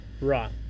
right